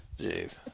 Jeez